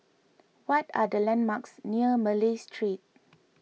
what are the landmarks near Malay Street